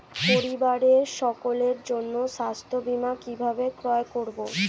পরিবারের সকলের জন্য স্বাস্থ্য বীমা কিভাবে ক্রয় করব?